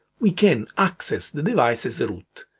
we can access the device as root!